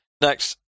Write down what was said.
Next